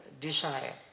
desire